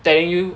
telling you